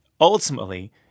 ultimately